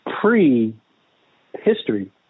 pre-history